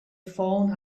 phone